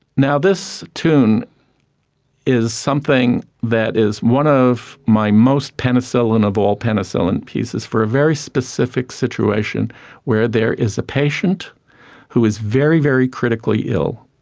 now, this tune is something that is one of my most penicillin of all penicillin pieces, for a very specific situation where there is a patient who is very, very critically ill,